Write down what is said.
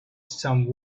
some